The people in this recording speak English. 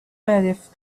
meredith